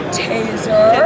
taser